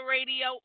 Radio